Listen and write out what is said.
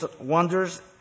wonders